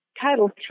Title